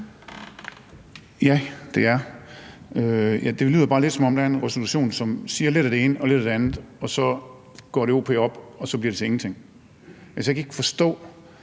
Ja, det er. Det lyder bare lidt, som om der er en resolution, som siger lidt af det ene og lidt af det andet, og så går det o p op, og så bliver det til ingenting. Jeg kan ikke forstå,